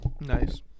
nice